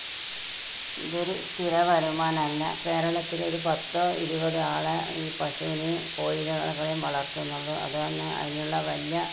ഇതൊരു സ്ഥിര വരുമാനമല്ല കേരളത്തിലൊരു പത്തോ ഇരുപതോ ആളെ ഈ പശൂനേം കോഴികളേം വളർത്തുന്നുള്ളു അതു തന്നെ അതിനുള്ള വല്ല